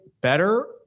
better